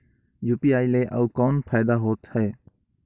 UPI ले अउ कौन फायदा होथ है?